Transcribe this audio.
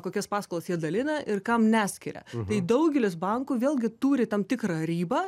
kokias paskolas jie dalina ir kam neskiria tai daugelis bankų vėlgi turi tam tikrą ribą